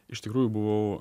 iš tikrųjų buvau